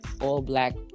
all-black